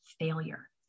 failure